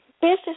Business